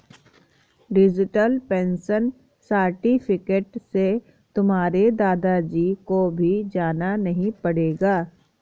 digital pension certificate से तुम्हारे दादा जी को भी जाना नहीं पड़ेगा